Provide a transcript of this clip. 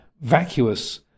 vacuous